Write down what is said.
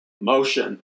motion